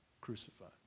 crucified